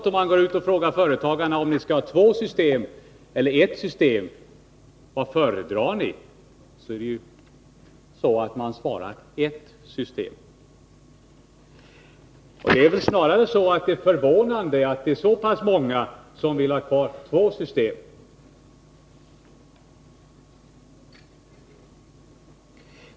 Om man frågar företagarna om de föredrar två system eller ett, så svarar de: Ett system. Det är väl snarare förvånande att det är så pass många som vill ha kvar två system.